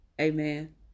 Amen